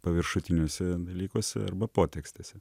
paviršutiniuose dalykuose arba potekstėse